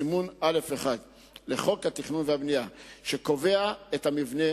סימן א'1 לחוק התכנון והבנייה קובע את המבנה